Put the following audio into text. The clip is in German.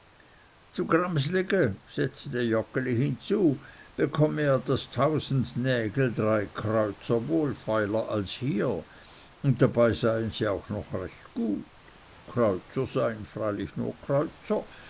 gramslige setzte joggeli hinzu bekomme er das tausend nägel drei kreuzer wohlfeiler als hier und dabei seien sie auch noch recht gut kreuzer seien freilich nur kreuzer